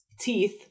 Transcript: teeth